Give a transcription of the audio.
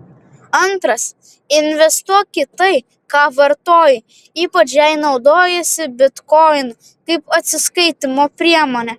antras investuok į tai ką vartoji ypač jei naudojiesi bitkoinu kaip atsiskaitymo priemone